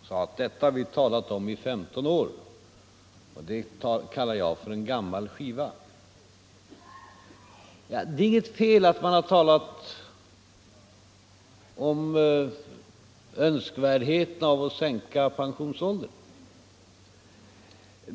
och sade att detta har vi talat för i IS år. Ja, det är det som jag kallar för en gammal skiva. Det är inget fel i att man i centern har talat om önskvärdheten av att sänka pensionsåldern.